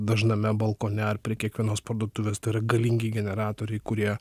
dažname balkone ar prie kiekvienos parduotuvės tai yra galingi generatoriai kurie